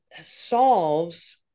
solves